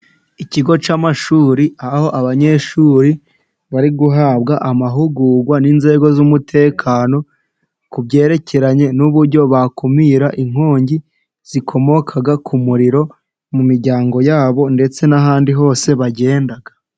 Ikigo cy'amashuri aho abanyeshuri bari guhabwa amahugurwa n'inzego z'umutekano ku byerekeranye n'uburyo bakumira inkongi zikomoka ku muriro mu miryango yabo ndetse n'ahandi hose bagenda.